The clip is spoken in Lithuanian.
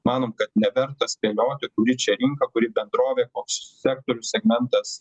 manom kad neverta spėlioti kuri čia rinka kuri bendrovė koks sektoriaus segmentas